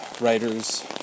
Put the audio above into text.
writers